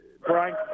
Brian